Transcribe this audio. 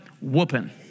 Whooping